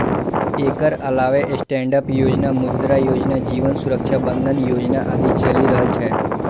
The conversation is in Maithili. एकर अलावे स्टैंडअप योजना, मुद्रा योजना, जीवन सुरक्षा बंधन योजना आदि चलि रहल छै